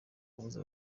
kubuza